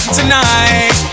tonight